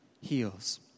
heals